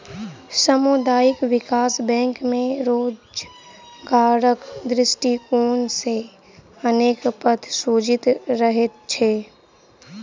सामुदायिक विकास बैंक मे रोजगारक दृष्टिकोण सॅ अनेक पद सृजित रहैत छै